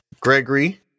Gregory